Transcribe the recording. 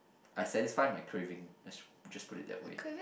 I satisfy my craving let's just put it that way